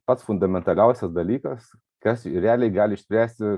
pats fundamentaliausias dalykas kas realiai gali išspręsti